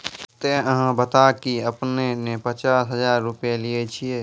ते अहाँ बता की आपने ने पचास हजार रु लिए छिए?